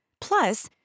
Plus